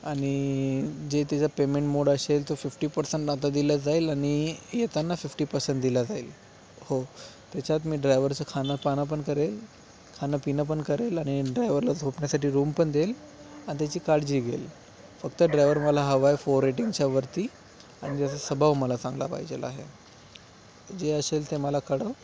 आणि जे तेचं पेमेंट मोड असेल तो फिफ्टी पर्सेंट आता दिलं जाईल आणि येताना फिफ्टी पर्सेंट दिल्या जाईल हो त्याच्यात मी ड्रायव्हरचं खाणं पानंपण करेन खाणपिणपण करेल आणि ड्रायव्हरला झोपण्यासाठी रूमपण देईल अन त्याची काळजी घेईल फक्त ड्रायव्हर मला हवा आहे फोर रेटिंगच्या वरती आणि त्याचा स्वभाव मला चांगला पाहिजे आहे जे असेल ते मला कळव